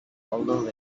although